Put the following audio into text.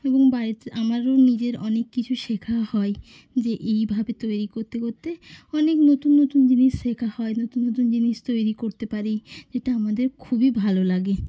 এবং বাড়িতে আমারও নিজের অনেক কিছু শেখা হয় যে এইভাবে তৈরি কোত্তে কোত্তে অনেক নতুন নতুন জিনিস শেখা হয় নতুন নতুন জিনিস তৈরি করতে পারি যেটা আমাদের খুবই ভালো লাগে